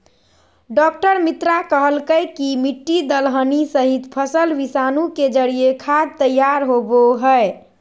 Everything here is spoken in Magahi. डॉ मित्रा कहलकय कि मिट्टी, दलहनी सहित, फसल विषाणु के जरिए खाद तैयार होबो हइ